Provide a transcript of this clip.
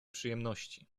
przyjemności